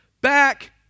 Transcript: back